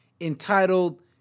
entitled